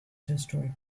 destroyed